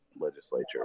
legislature